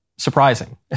surprising